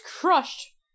crushed